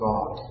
God